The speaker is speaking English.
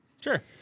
Sure